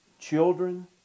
Children